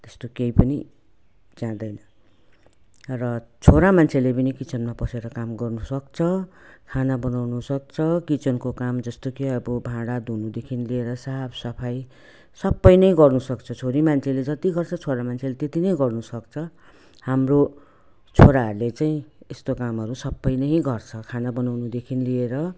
त्यस्तो केही पनि जाँदैन र छोरा मान्छेले पनि किचनमा पसेर काम गर्नुसक्छ खाना बनाउनुसक्छ किचनको काम जस्तो कि अब भाँडा धुनुदेखिको लिएर साफसफाइ सबै नै गर्नुसक्छ छोरी मान्छेले जत्ति गर्छ छोरा मान्छेले त्यत्ति नै गर्नुसक्छ हाम्रो छोराहरूले चाहिँ यस्तो कामहरू सबै नै गर्छ खाना बनाउनुदेखि लिएर